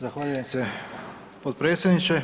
Zahvaljujem se potpredsjedniče.